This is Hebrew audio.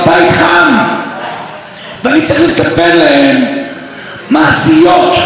המדינה הזו רואה בכם אזרחים שווים?